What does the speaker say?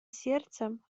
сердцем